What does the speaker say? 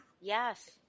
Yes